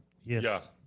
Yes